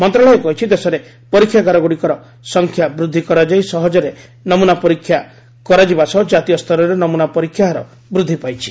ମନ୍ତ୍ରଶାଳୟ କହିଛି ଦେଶରେ ପରୀକ୍ଷାଗାର ଗୁଡ଼ିକର ସଂଖ୍ୟା ବୃଦ୍ଧି କରାଯାଇ ସହଜରେ ନମୁନା ପରୀକ୍ଷା କରାଯିବା ସହ ଜାତୀୟ ସ୍ତରରେ ନମୁନା ପରୀକ୍ଷା ହାର ବୃଦ୍ଧି ପାଇଛି